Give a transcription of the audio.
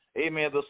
amen